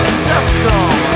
system